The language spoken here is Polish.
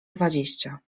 dwadzieścia